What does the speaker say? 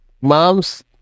mom's